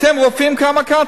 אתם רופאים, כמה כאן.